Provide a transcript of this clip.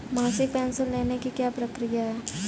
मासिक पेंशन लेने की क्या प्रक्रिया है?